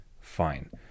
Fine